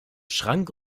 schrank